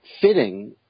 fitting